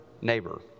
neighbor